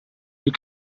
you